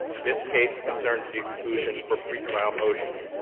this case concerns the exclusion for pretrial motions,